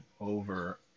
over